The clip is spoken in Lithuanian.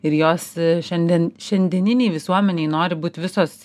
ir jos šiandien šiandieninėj visuomenėj nori būt visos